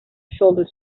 shoulder